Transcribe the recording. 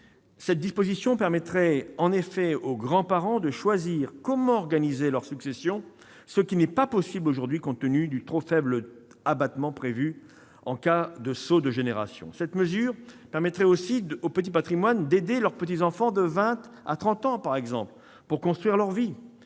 cette disposition permettrait aux grands-parents de choisir comment organiser leur succession, ce qui est impossible aujourd'hui compte tenu du trop faible abattement prévu en cas de saut de génération. On permettrait ainsi aux petits patrimoines d'aider leurs petits enfants âgés de 20 à 30 ans pour construire leur vie.